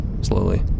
slowly